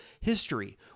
history